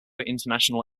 international